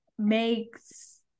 makes